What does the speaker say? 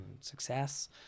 success